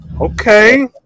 okay